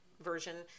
version